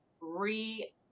re